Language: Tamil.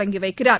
தொடங்கி வைக்கிறார்